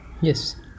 Yes